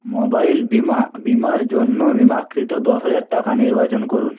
mobile বীমা বীমার জন্য বিমাকৃত দশ হাজার টাকা নির্বাচন করুন